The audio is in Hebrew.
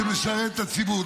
שמשרת את הציבור.